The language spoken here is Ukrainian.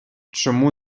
чому